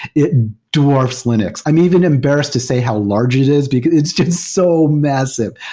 it dwarfs linux. i'm even embarrassed to say how large it is. but it's just so massive,